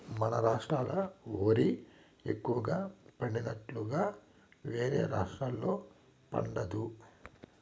మన రాష్ట్రాల ఓరి ఎక్కువగా పండినట్లుగా వేరే రాష్టాల్లో పండదు